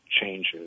changes